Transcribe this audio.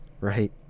right